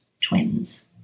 twins